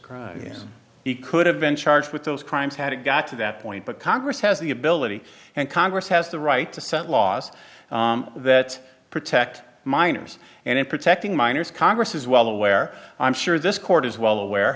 crimes yes he could have been charged with those crimes had it got to that point but congress has the ability and congress has the right to set laws that protect minors and protecting minors congress is well aware i'm sure this court is well aware